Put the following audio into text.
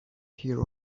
here